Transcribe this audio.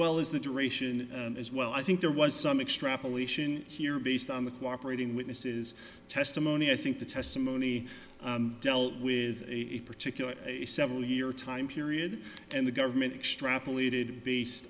well as the duration as well i think there was some extrapolation here based on the cooperating witnesses testimony i think the testimony dealt with in particular a several year time period and the government extrapolated based